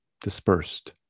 dispersed